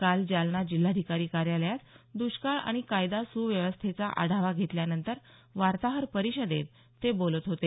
काल जालना जिल्हाधिकारी कार्यालयात दुष्काळ आणि कायदा सुव्यवस्थेचा आढावा घेतल्यानंतर वार्ताहर परिषदेत ते बोलत होते